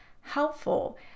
helpful